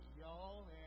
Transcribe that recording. y'all